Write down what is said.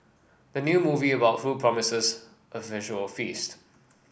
the new movie about food promises a visual feast